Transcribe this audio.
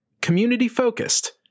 community-focused